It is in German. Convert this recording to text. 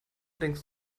denkst